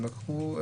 הם לקחו,